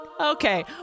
Okay